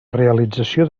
realització